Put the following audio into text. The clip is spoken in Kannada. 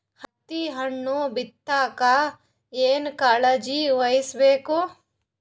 ಹತ್ತಿ ಹಣ್ಣು ಬಿಟ್ಟಾಗ ಏನ ಕಾಳಜಿ ವಹಿಸ ಬೇಕು?